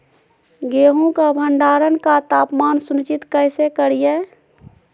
गेहूं का भंडारण का तापमान सुनिश्चित कैसे करिये?